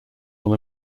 one